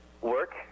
work